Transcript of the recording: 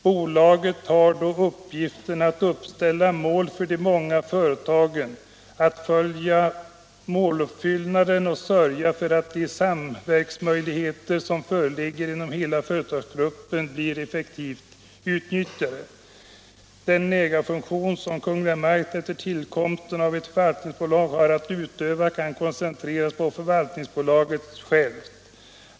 Bolaget har då upp giften att uppställa mål för de många olika företagen, att följa måluppfyllelsen och att sörja för att de samverkansmöjligheter som föreligger inom hela företagsgruppen blir effektivt utnyttjade. Den ägarfunktion som Kungl. Maj:t efter tillkomsten av ett förvaltningsbolag har att utöva kan koncentreras på förvaltningsbolaget självt.